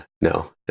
no